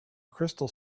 crystal